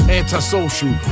Antisocial